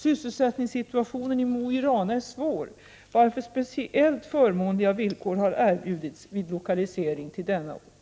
Sysselsättningssituationen i Mo i Rana är svår, varför speciellt förmånliga villkor har erbjudits vid lokalisering till denna ort.